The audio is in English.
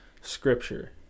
Scripture